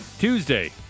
Tuesday